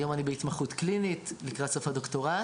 היום אני בהתמחות קלינית, לקראת סוף הדוקטורט,